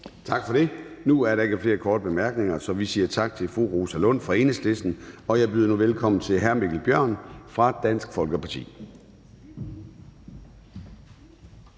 Gade): Nu er der ikke flere korte bemærkninger, så vi siger tak til fru Rosa Lund fra Enhedslisten. Jeg byder nu velkommen til hr. Mikkel Bjørn fra Dansk Folkeparti.